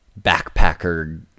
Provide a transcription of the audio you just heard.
backpacker